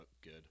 good